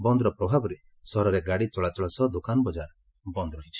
ବନ୍ଦ ପ୍ରଭାବରେ ସହରରେ ଗାଡ଼ି ଚଳାଚଳ ସହ ଦୋକାନ ବଜାର ବନ୍ଦ ରହିଛି